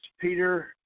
Peter